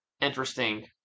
interesting